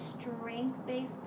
strength-based